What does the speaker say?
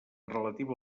relativa